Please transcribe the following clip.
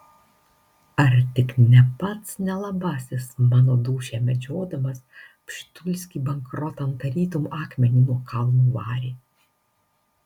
ar tik ne pats nelabasis mano dūšią medžiodamas pšitulskį bankrotan tarytum akmenį nuo kalno varė